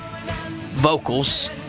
vocals